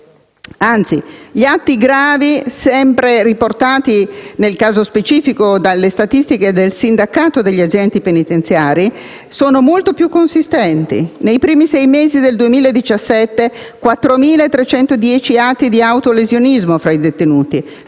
Anzi, gli atti gravi, sempre riportati, nel caso specifico, dalle statistiche del sindacato degli agenti penitenziari, sono molto più consistenti: nei primi sei mesi del 2017, 4.310 atti di autolesionismo tra i detenuti;